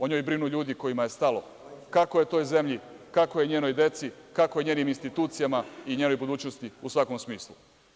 O njoj brinu ljudi kojima je stalo kako je toj zemlji, kako je njenoj deci, kako je njenim institucijama i njenoj budućnosti u svakom smislu.